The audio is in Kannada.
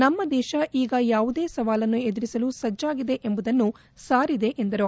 ನಮ್ಮ ದೇಶ ಈಗ ಯಾವುದೇ ಸವಾಲನ್ನು ಎದುರಿಸಲು ಸಜ್ಲಾಗಿದೆ ಎಂಬುದನ್ನು ಸಾರಿದೆ ಎಂದರು